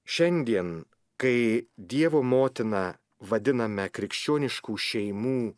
šiandien kai dievo motiną vadiname krikščioniškų šeimų